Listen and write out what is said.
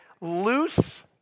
loose